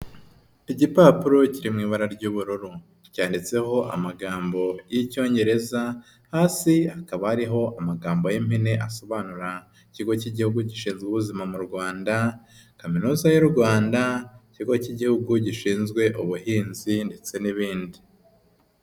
Igipapuro kiri mu ibara ry'ubururu cyanditseho amagambo y'icyongereza, hasi hakaba hariho amagambo yimpine asobanura ikigo cy'igihugu gishinzwe ubuzima mu Rwanda, kaminuza y'u Rwanda, ikigo cy'igihugu gishinzwe ubuhinzi, ndetse n'ibindi.